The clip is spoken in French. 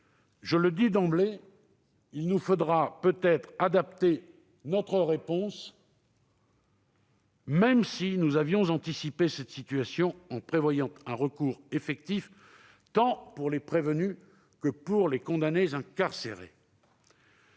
Je le dis d'emblée, il nous faudra peut-être adapter notre réponse même si nous avions anticipé cette situation en prévoyant un recours effectif tant pour les prévenus que pour les condamnés incarcérés.